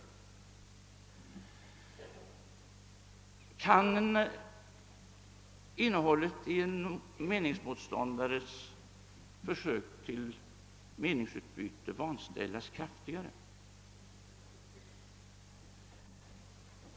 Kan innehållet i en meningsmotståndares försök till meningsutbyte vanställas kraftigare?